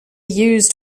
used